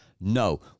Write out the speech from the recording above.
No